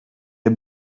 est